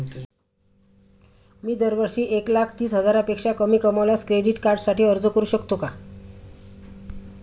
मी दरवर्षी एक लाख तीस हजारापेक्षा कमी कमावल्यास क्रेडिट कार्डसाठी अर्ज करू शकतो का?